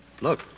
Look